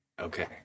Okay